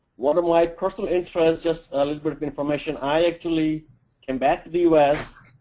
one of my personal interests, just a little bit of information, i actually came back to the us.